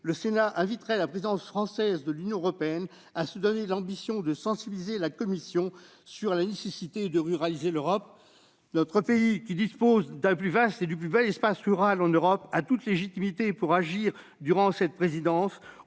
le Sénat incitera la future présidence française de l'Union européenne à se fixer comme ambition de sensibiliser la Commission européenne à la nécessité de ruraliser l'Europe. Notre pays, qui dispose du plus vaste et du plus bel espace rural en Europe, a toute la légitimité pour agir durant cette présidence.